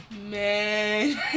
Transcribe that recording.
man